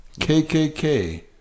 KKK